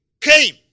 came